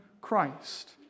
Christ